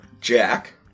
Jack